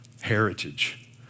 heritage